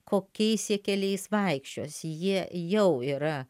kokiais jie keliais vaikščios jie jau yra